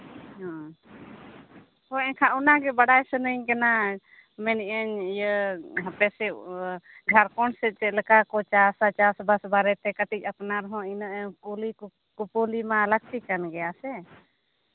ᱦᱮᱸ ᱦᱳᱭ ᱮᱱᱠᱷᱟᱱ ᱚᱱᱟᱜᱮ ᱵᱟᱲᱟᱭ ᱥᱟᱱᱟᱧ ᱠᱟᱱᱟ ᱢᱮᱱᱮᱫ ᱟᱹᱧ ᱤᱭᱟᱹ ᱦᱟᱯᱮ ᱥᱮ ᱡᱷᱟᱲᱠᱷᱚᱱᱰ ᱥᱮᱫ ᱪᱮᱫ ᱞᱮᱠᱟ ᱠᱚ ᱪᱟᱥᱼᱟ ᱪᱟᱥᱼᱵᱟᱥ ᱵᱟᱨᱮ ᱛᱮ ᱠᱟᱹᱴᱤᱡ ᱟᱯᱱᱟᱨ ᱦᱚᱸ ᱤᱱᱟᱹᱜ ᱮᱢ ᱠᱩᱞᱤ ᱠᱩᱯᱩᱞᱤ ᱢᱟ ᱞᱟᱹᱠᱛᱤ ᱠᱟᱱ ᱜᱮᱭᱟ ᱥᱮ